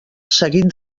seguit